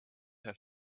have